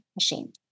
machine